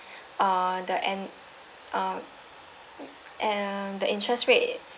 uh the end uh and uh the interest rate